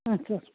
ಹಾಂ ಸರ್